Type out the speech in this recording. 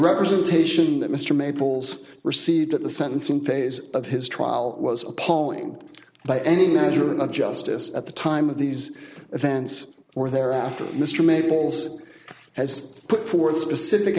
representation that mr maples received at the sentencing phase of his trial was appalling by any measure of justice at the time of these events or thereafter mr maples has put forth specific